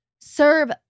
serve